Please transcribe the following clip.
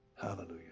hallelujah